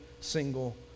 single